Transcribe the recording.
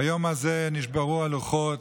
ביום הזה נשברו הלוחות,